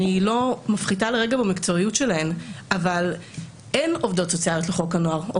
אני לא מפחיתה לרגע במקצועיות שלהן אבל אין עובדות סוציאליות לחוק נוער.